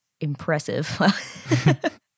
impressive